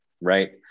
right